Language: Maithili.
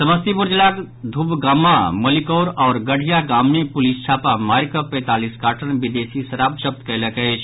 समस्तीपुर जिलाक धुवगामा मलिकौर आओर गढ़िया गाम मे पुलिस छापा मारिकऽ पैंतालिस काटर्न विदेशी शराब जब्त कयलक अछि